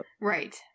Right